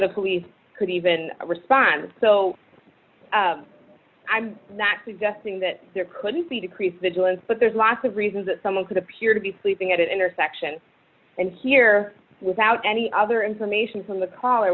the police could even respond so i'm not suggesting that there couldn't be decreased vigilance but there's lots of reasons that someone could appear to be sleeping at an intersection and here without any other information from the c